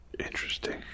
interesting